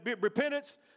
repentance